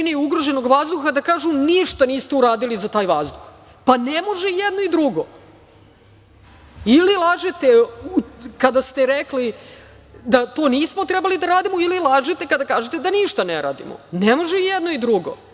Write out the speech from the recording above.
sredine i ugroženog vazduha, da kažu ništa niste uradili za taj vazduh. Pa, ne može jedno i drugo. Ili lažete kada ste rekli da to nismo trebali da radimo ili lažete kada kažete da ništa ne radimo. Ne može i jedno i drugo,